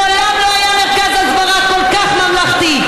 מעולם לא היה מרכז הסברה כל כך ממלכתי,